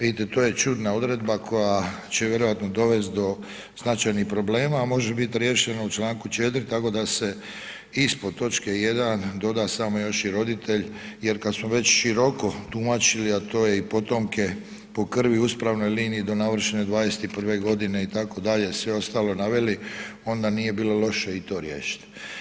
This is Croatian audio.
Vidite to je čudna odredba koja će vjerojatno dovesti do značajnih problema, a može biti riješena u Članku 4. tako da se ispod točke 1. doda smo još i roditelj, jer kad smo već široko tumačili, a to je i potomke po krvi u uspravnoj liniji do navršene 21 godine itd., sve ostalo naveli, onda nije bilo loše i to riješiti.